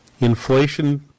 Inflation